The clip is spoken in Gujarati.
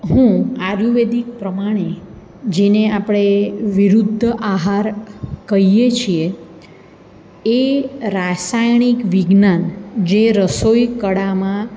હું આયુર્વેદિક પ્રમાણે જેને આપણે વિરુદ્ધ આહાર કહીએ છીએ એ રાસાયણિક વિજ્ઞાન જે રસોઈ કળામાં